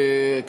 תודה רבה,